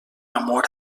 amor